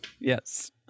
Yes